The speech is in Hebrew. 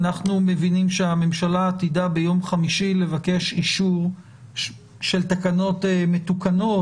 אנחנו מבינים שהממשלה תדע ביום חמישי לבקש אישור של תקנות מתוקנות